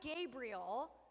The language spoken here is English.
Gabriel